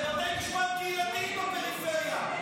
לבתי משפט קהילתיים בפריפריה,